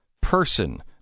person